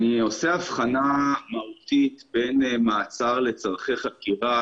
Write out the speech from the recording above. אני עושה הבחנה מהותית בין מעצר לצורכי חקירה,